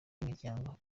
imiryango